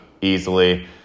easily